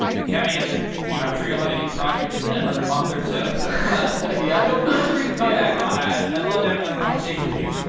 if you have any other you know i'm sure you'll have a new project in another month or so, so yeah feel free to come back on. i'd i'd love to have another conversation with you.